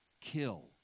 kill